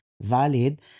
valid